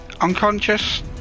unconscious